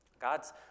God's